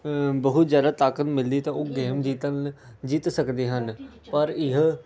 ਬਹੁਤ ਜ਼ਿਆਦਾ ਤਾਕਤ ਮਿਲਦੀ ਤਾਂ ਉਹ ਗੇਮ ਜਿੱਤਣ ਜਿੱਤ ਸਕਦੇ ਹਨ ਪਰ ਇਹ